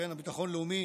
הביטחון הלאומי,